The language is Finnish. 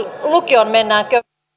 lukioon mennään